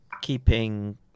keeping